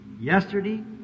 yesterday